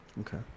Okay